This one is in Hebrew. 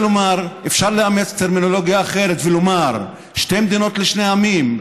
אפשר לאמץ טרמינולוגיה אחרת ולומר: שתי מדינות לשני עמים.